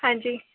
ਹਾਂਜੀ